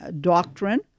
doctrine